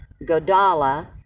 Godala